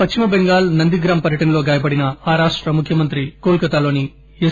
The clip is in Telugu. పశ్చిమటెంగాల్ నందిగ్రామ్ పర్యటనలో గాయపడిన ఆ రాష్ట ముఖ్యమంత్రి మమతాబెనర్లీ కోల్ కతాలోని ఎస్